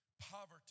poverty